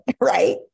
right